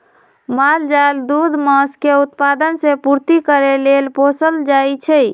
माल जाल दूध, मास के उत्पादन से पूर्ति करे लेल पोसल जाइ छइ